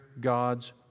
God's